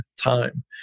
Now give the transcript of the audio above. time